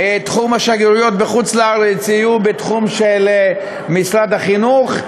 תחום השגרירויות בחוץ-לארץ יהיה בתחום של משרד החינוך,